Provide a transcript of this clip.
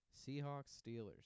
Seahawks-Steelers